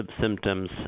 symptoms